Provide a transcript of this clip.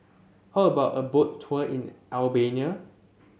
how about a Boat Tour in Albania